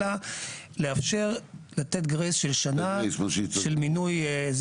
אלא, לאפשר תקופה של שנה של מיוני.